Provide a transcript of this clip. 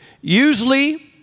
Usually